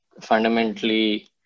fundamentally